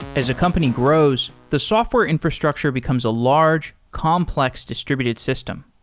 as a company grows, the software infrastructure becomes a large complex distributed system.